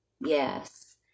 Yes